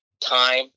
time